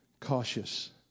cautious